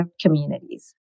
communities